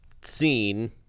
seen